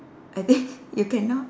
I think you cannot